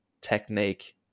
technique